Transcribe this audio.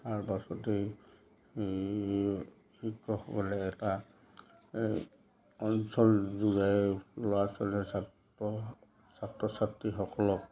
তাৰপাছতেই এই শিক্ষকসকলে এটা এই অঞ্চল যোগায় ল'ৰা ছোৱালীয়ে ছাত্ৰ ছাত্ৰ ছাত্ৰীসকলক